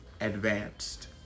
advanced